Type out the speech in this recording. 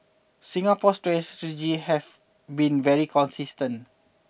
Singapore's strategy has been very consistent